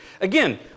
Again